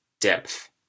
depth